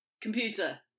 Computer